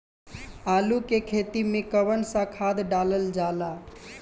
आलू के खेती में कवन सा खाद डालल जाला?